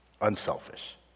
unselfish